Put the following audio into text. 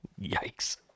yikes